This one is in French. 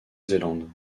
zélande